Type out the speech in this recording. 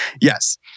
Yes